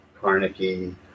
Carnegie